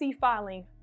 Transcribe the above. filing